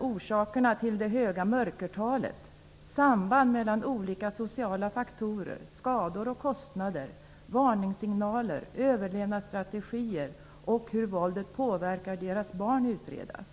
orsakerna till det höga mörkertalet, samband mellan olika sociala faktorer, skador och kostnader, varningssignaler, överlevnadsstrategier och hur våldet påverkar deras barn utredas.